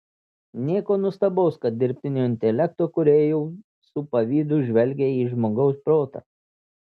nieko nuostabaus kad dirbtinio intelekto kūrėjau su pavydu žvelgią į žmogaus protą